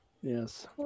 Yes